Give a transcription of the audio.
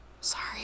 Sorry